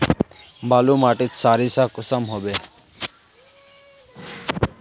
बालू माटित सारीसा कुंसम होबे?